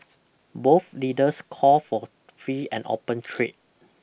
both leaders called for free and open trade